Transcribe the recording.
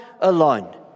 alone